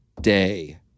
day